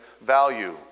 value